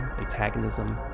antagonism